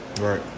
Right